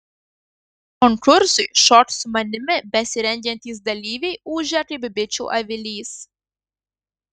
konkursui šok su manimi besirengiantys dalyviai ūžia kaip bičių avilys